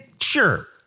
sure